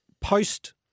post